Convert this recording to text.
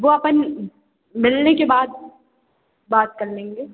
वह अपन मिलने के बाद बात कर लेंगे